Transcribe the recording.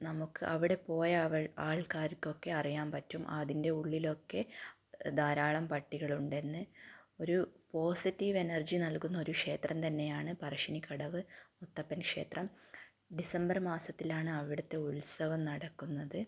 നമുക്ക് അവിടെ പോയാൽ അവൾ ആൾക്കാർക്കൊക്കെ അറിയാൻ പറ്റും അതിൻ്റെ ഉള്ളിലൊക്കെ ധാരാളം പട്ടികളുണ്ടെന്ന് ഒരു പോസിറ്റീവ് എനർജി നൽകുന്ന ഒരു ക്ഷേത്രം തന്നെയാണ് പറശ്ശിനിക്കടവ് മുത്തപ്പൻ ക്ഷേത്രം ഡിസംബർ മാസത്തിലാണ് അവിടുത്തെ ഉത്സവം നടക്കുന്നത്